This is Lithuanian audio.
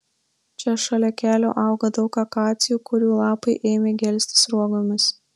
čia šalia kelio auga daug akacijų kurių lapai ėmė gelsti sruogomis